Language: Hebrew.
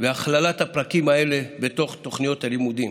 ואחרי הכללת הפרקים האלה בתוך תוכניות הלימודים